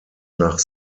nach